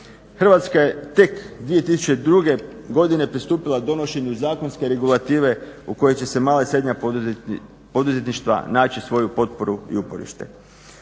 Hrvatska je tek 2002. godine pristupila donošenju zakonske regulative u kojoj će mala i srednja poduzetništva naći svoju potporu i uporište.